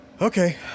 Okay